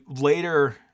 later